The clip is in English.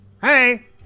Hey